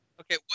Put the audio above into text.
Okay